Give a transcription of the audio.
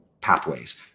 pathways